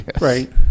Right